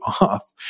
off